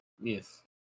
Yes